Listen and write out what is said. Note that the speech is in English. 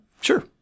Sure